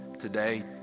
today